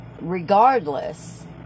regardless